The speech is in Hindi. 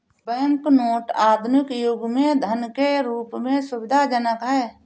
बैंक नोट आधुनिक युग में धन के रूप में सुविधाजनक हैं